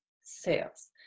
sales